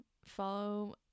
follow